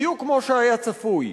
בדיוק כמו שהיה צפוי,